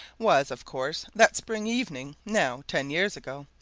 was, of course, that spring evening, now ten years ago,